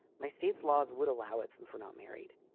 my state's laws would allow it since we're not married.